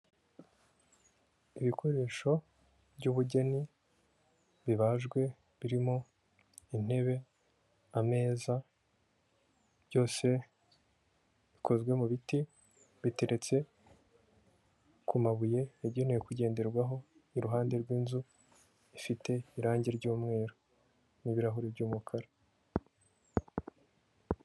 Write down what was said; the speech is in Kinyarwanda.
Ibikoresho by'ubugeni bibajwe birimo intebe, ameza, byose bikozwe mu biti, biteretse ku mabuye yagenewe kugenderwaho iruhande rw'inzu ifite irangi ry'umweru n'ibirahuri by'umukara.